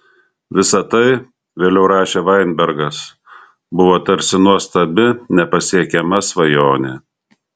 visa tai vėliau rašė vainbergas buvo tarsi nuostabi nepasiekiama svajonė